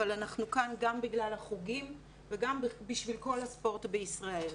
אבל אנחנו כאן גם בגלל החוגים וגם בשביל כל הספורט בישראל.